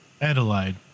Adelaide